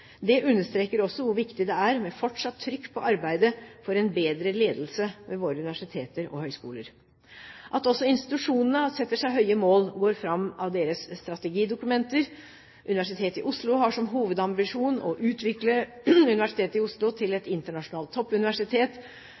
Det understreker også hvor viktig det er med fortsatt trykk på arbeidet for en bedre ledelse ved våre universiteter og høyskoler. At også institusjonene setter seg høye mål, går fram av deres strategidokumenter: Universitetet i Oslo har som hovedambisjon «å utvikle UiO til et internasjonalt toppuniversitet».